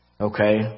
okay